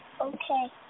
Okay